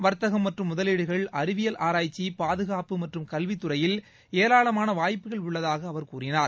வர்த்தகம் மற்றும் முதலீடுகள் அறிவியல் ஆராய்ச்சி பாதுகாப்பு மற்றும் கல்வி துறையில் ஏராளமான வாய்ப்புகள் உள்ளதாக அவர் கூறினார்